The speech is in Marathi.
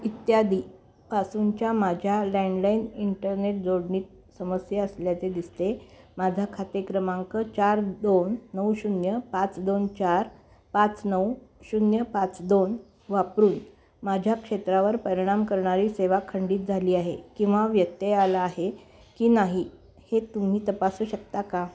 इत्यादी पासूनच्या माझ्या लँडलाईन इंटरनेट जोडणीत समस्या असल्याचे दिसते माझा खाते क्रमांक चार दोन नऊ शून्य पाच दोन चार पाच नऊ शून्य पाच दोन वापरून माझ्या क्षेत्रावर परिणाम करणारी सेवा खंडित झाली आहे किंवा व्यत्यय आला आहे की नाही हे तुम्ही तपासू शकता का